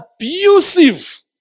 Abusive